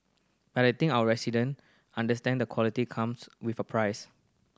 but I think our resident understand that quality comes with a price